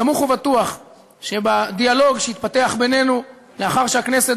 סמוך ובטוח שבדיאלוג שיתפתח בינינו לאחר שהכנסת,